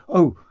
oh,